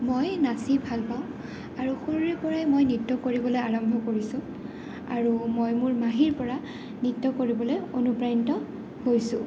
মই নাচি ভাল পাওঁ আৰু সৰুৰেপৰাই মই নৃত্য কৰিবলৈ আৰম্ভ কৰিছোঁ আৰু মই মোৰ মাহীৰ পৰা নৃত্য কৰিবলৈ অনুপ্ৰাণিত হৈছোঁ